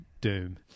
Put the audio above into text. Doom